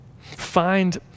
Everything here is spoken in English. Find